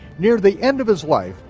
near the end of his life,